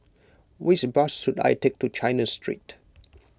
which bus should I take to China Street